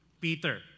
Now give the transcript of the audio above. Peter